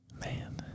man